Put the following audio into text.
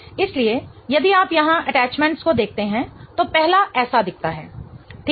इसलिए यदि आप यहां अटैचमेंट्स को देखते हैं तो पहला ऐसा दिखता है ठीक है